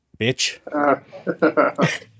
bitch